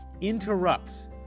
interrupts